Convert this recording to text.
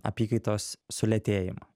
apykaitos sulėtėjimą